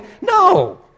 No